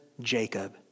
Jacob